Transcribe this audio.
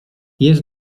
jest